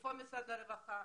איפה משרד הרווחה?